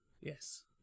Yes